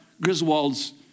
Griswold's